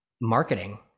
marketing